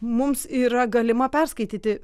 mums yra galima perskaityti